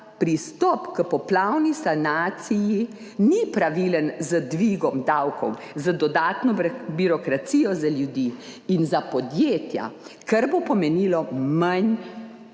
pristop k poplavni sanaciji ni pravilen z dvigom davkov, z dodatno birokracijo za ljudi in za podjetja, kar bo pomenilo manj